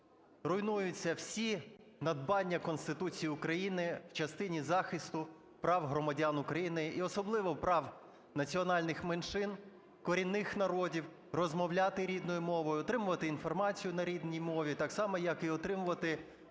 руйнуються всі надбання Конституції України в частині захисту прав громадян України і особливо прав національних меншин, корінних народів розмовляти рідною мовою, отримувати інформацію на рідній мові, так само як і отримувати…